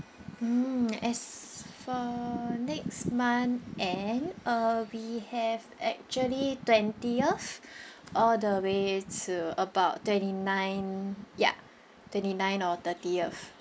mm as for next month end uh we have actually twentieth all the way to about twenty nine ya twenty nine or thirtieth